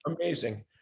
amazing